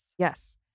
Yes